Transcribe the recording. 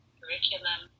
curriculum